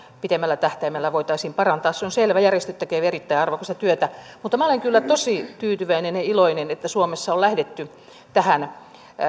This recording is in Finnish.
pitemmällä tähtäimellä voitaisiin parantaa se on selvä järjestöt tekevät erittäin arvokasta työtä mutta minä olen kyllä tosi tyytyväinen ja iloinen että suomessa on lähdetty tähän